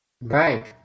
Right